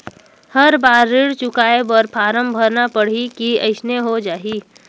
हर बार ऋण चुकाय बर फारम भरना पड़ही की अइसने हो जहीं?